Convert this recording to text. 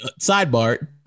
sidebar